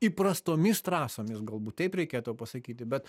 įprastomis trasomis galbūt taip reikėtų pasakyti bet